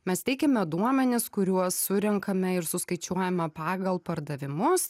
mes teikiame duomenis kuriuos surenkame ir suskaičiuojame pagal pardavimus